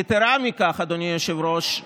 יתרה מזו, אדוני היושב-ראש,